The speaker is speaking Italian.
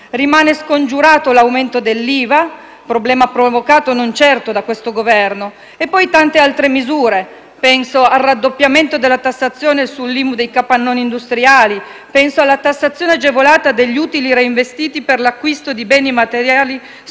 Rimane scongiurato l'aumento dell'IVA, problema provocato non certo da questo Governo. Poi ci sono tante altre misure. Penso al raddoppiamento della detassazione sull'IMU dei capannoni industriali. Penso alla tassazione agevolata degli utili reinvestiti per l'acquisto di beni materiali strumentali